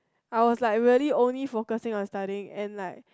I was like really only focusing on study and like